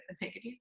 negative